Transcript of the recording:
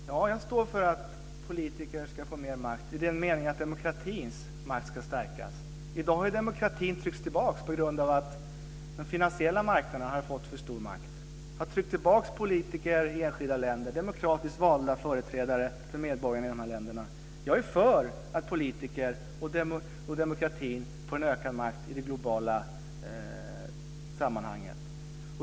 Fru talman! Jag står för att politiker ska få mer makt i den meningen att demokratins makt ska stärkas. I dag har ju demokratin tryckts tillbaka på grund av att den finansiella marknaden har fått för stor makt. Det har tryckt tillbaka politiker i enskilda länder, demokratiskt valda företrädare för medborgarna i de här länderna. Jag är för att politiker och demokratin får en ökad makt i det globala sammanhanget.